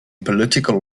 political